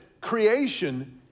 creation